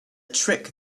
trick